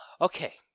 Okay